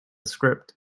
script